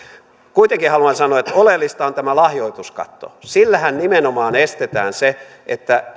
kuitenkin haluan sanoa että oleellista on tämä lahjoituskatto sillähän nimenomaan estetään se että